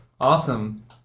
awesome